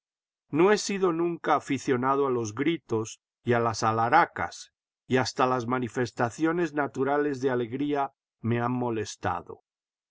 no he sido nunca aficionado a los gritos y a las alharacas y hasta las manifestaciones naturales de alegría me han molestado